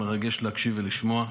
מרגש להקשיב ולשמוע.